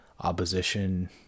opposition